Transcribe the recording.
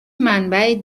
منبع